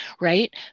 right